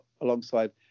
alongside